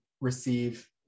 receive